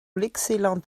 l’excellent